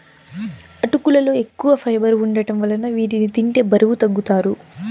అటుకులలో ఎక్కువ ఫైబర్ వుండటం వలన వీటిని తింటే బరువు తగ్గుతారు